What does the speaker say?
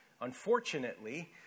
Unfortunately